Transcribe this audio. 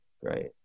Great